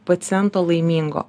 paciento laimingo